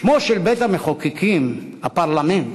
שמו של בית-המחוקקים, הפרלמנט,